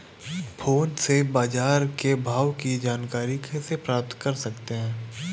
Phone से बाजार के भाव की जानकारी कैसे प्राप्त कर सकते हैं?